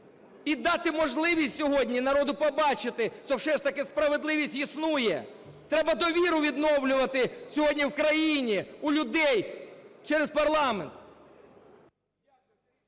і дати можливість сьогодні народу побачити, що все ж таки справедливість існує. Треба довіру відновлювати сьогодні в країні у людей через парламент.